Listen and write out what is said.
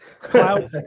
Cloud